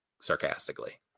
sarcastically